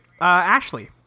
Ashley